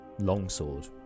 longsword